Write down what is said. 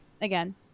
again